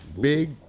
Big